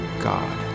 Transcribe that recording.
God